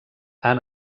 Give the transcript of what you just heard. han